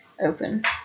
open